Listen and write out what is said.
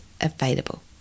available